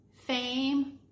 fame